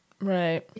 right